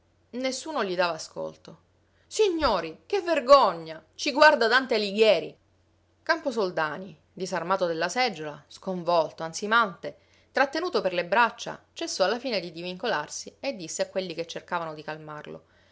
nessuno gli dava ascolto signori che vergogna ci guarda dante alighieri camposoldani disarmato della seggiola sconvolto ansimante trattenuto per le braccia cessò alla fine di divincolarsi e disse a quelli che cercavano di calmarlo